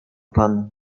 pan